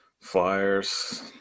Flyers